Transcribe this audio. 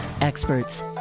experts